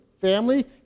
family